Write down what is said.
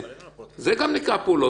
סניגוריאלית אלא היא גם באמת בואו